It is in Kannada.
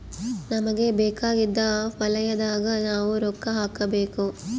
ನಮಗ ಬೇಕಾಗಿದ್ದ ವಲಯದಾಗ ನಾವ್ ರೊಕ್ಕ ಹಾಕಬೇಕು